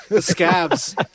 scabs